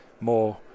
more